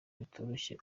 bitoroshye